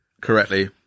correctly